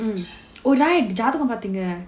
mm oh right ஜாதகம் பார்த்தீங்க:jaathagam paartheenga